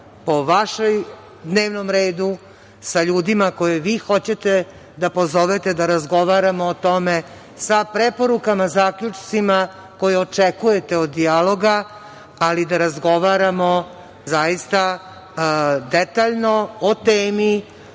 po vašem dnevnom redu, sa ljudima koje vi hoćete da pozovete, da razgovaramo o tome, sa preporukama, zaključcima koje očekujete od dijaloga, ali da razgovaramo zaista detaljno o temi,